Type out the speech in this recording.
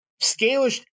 Scalish